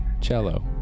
Cello